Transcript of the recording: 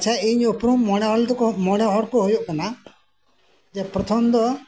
ᱟᱪᱪᱷᱟ ᱤᱧ ᱩᱯᱨᱩᱢ ᱢᱚᱬᱮ ᱦᱚᱲ ᱫᱚ ᱠᱚ ᱢᱚᱬᱮ ᱦᱚᱲ ᱠᱚ ᱦᱩᱭᱩᱜ ᱠᱟᱱᱟ ᱡᱮ ᱯᱨᱚᱛᱷᱚᱢ ᱫᱚ